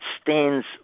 stands